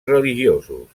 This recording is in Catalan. religiosos